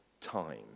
time